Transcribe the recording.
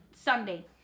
Sunday